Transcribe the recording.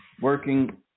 working